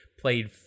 played